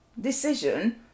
decision